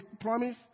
promise